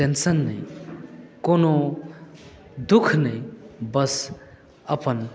tension नहि कोनो दु ख नहि बस अपन